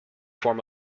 form